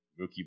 Mookie